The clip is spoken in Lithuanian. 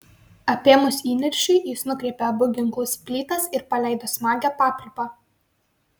apėmus įniršiui jis nukreipė abu ginklus į plytas ir paleido smagią papliūpą